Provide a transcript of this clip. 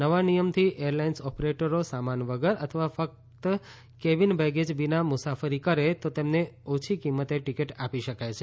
નવા નિયમથી એરલાઇન્સ ઓપરેટરો સામાન વગર અથવા ફક્ત કેબિન બેગેજ વિના મુસાફરી કરે તો તેમને ઓછી કિંમતે ટિકિટ આપી શકાય છે